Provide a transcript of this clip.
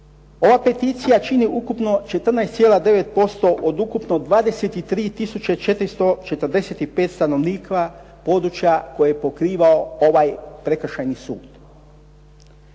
Ova peticija čini ukupno 14,9% od ukupno 23 tisuće 445 stanovnika područja koja je pokrivao ovaj prekršajni sud.